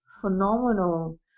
phenomenal